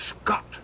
Scott